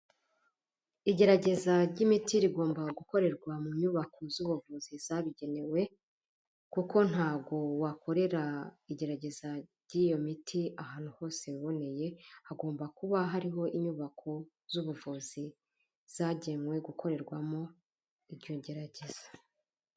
Igerageza ry'imiti rigomba gukorerwa mu nyubako z'ubuvuzi zabigenewe kuko ntago wakorera igerageza ry'iyo miti ahantu hose yaboneye, hagomba kuba hariho inyubako z'ubuvuzi zagenwe gukorerwamo iryo gerageza.